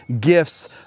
gifts